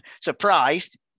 surprised